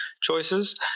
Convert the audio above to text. choices